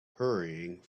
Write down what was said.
hurrying